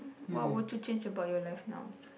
what would you change about your life now